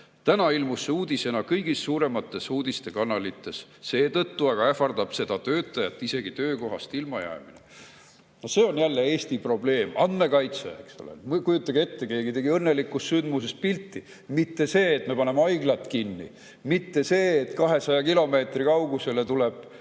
täna ilmus see uudisena kõigis suuremates uudistekanalites –, seetõttu aga ähvardab seda töötajat töökohast ilmajäämine. No see on jälle Eesti probleem. Andmekaitse, eks ole. Kujutage ette, keegi tegi õnnelikust sündmusest pilti. Mitte see, et me paneme haiglad kinni, mitte see, et 200 kilomeetri kaugusele tuleb